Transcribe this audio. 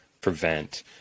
prevent